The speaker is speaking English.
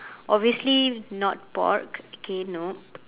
obviously not pork okay nope